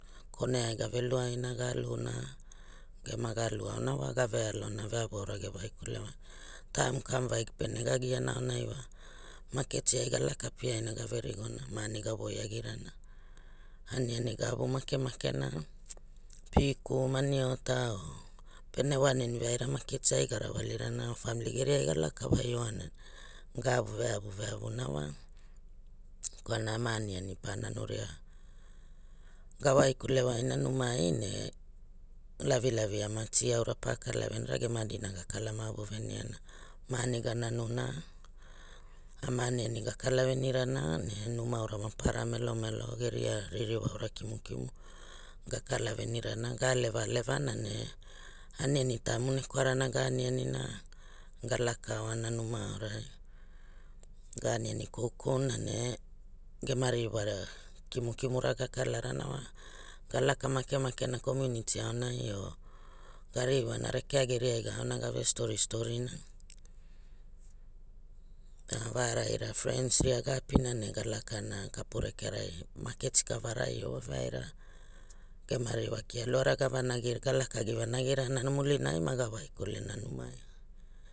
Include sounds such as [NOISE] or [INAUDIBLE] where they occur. Kone ai gave luai na ga al na gema ga alu ao na wa ga ve alona veau aura ge wai, taim kamu vagi pene ga giana aunai wa maketiai ga laka piaina gave rigona ma ani ga voi agirana aniani ga ugu makemake na piku maniota or pene wa aniani veaira maketiai au ga rawalirana famili geria ga laka wai oana ga avu veavu veavu na wa [NOISE] kwalana geria aniani ga kalaveni rana ne numa aura mapara melomelo geria ririwa aura kimukimu ga kala venirana ga aleva aleva na ne aniani taim na e kwarana ga aniani na ga laka oana numa aorai [NOISE] ga aniani koukou na ne geria ririwa na kimukimu ra ga kalarana wa ga laka mkemake na kominiti aonai or ga ririwana rekea geria ga aona avestori stori na va ara ira friends ria ga apina ne ga laka kapu rekerai maketi kavarai or e veaira [NOISE] gema ririwa kia luara ga vanai ga lakagi vanagi rana no ulinai raga waikule na numai.